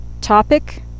topic